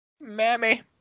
Mammy